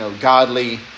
godly